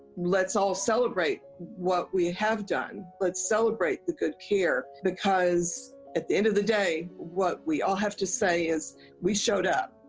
let's all celebrate what we have done. let's celebrate the good care, because, at the end of the day, what we all have to say is, we showed up.